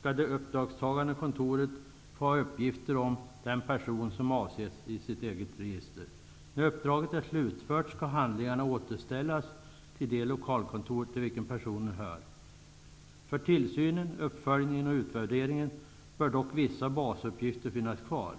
skall det uppdragstagande kontoret få ha uppgifter om den person som avses i sitt eget register. När uppdraget är slutfört skall handlingarna återställas till det lokalkontor till vilket personen hör. För tillsyn, uppföljning och utvärdering bör dock vissa basuppgifter finnas kvar.